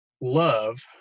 love